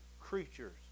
creatures